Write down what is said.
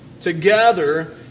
together